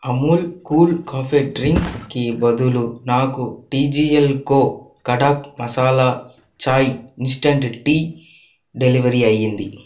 Amul cool cafe డ్రింక్కి బదులు నాకు TGL Co kadak masala chai instant tea deliver అయ్యింది